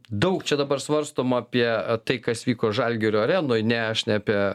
daug čia dabar svarstoma apie tai kas vyko žalgirio arenoj ne aš ne apie